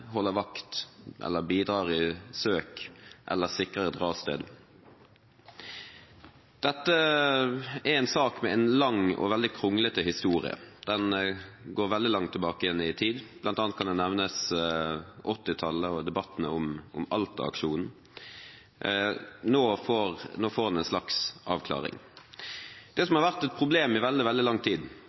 vakt, bidrar i søk eller sikrer et rassted. Dette er en sak med en lang og veldig kronglete historie. Den går veldig langt tilbake i tid, bl.a. kan nevnes 1980-tallet og debattene om Alta-aksjonen. Nå får den en slags avklaring. Det som har vært et problem i veldig, veldig lang tid,